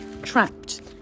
Trapped